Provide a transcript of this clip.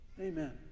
Amen